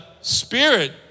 spirit